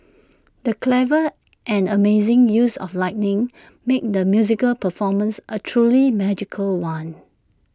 the clever and amazing use of lighting made the musical performance A truly magical one